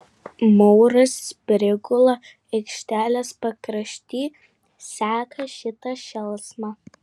mauras prigula aikštelės pakrašty seka šitą šėlsmą